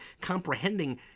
comprehending